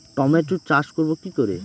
টমেটোর চাষ করব কি করে?